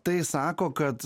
tai sako kad